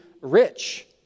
rich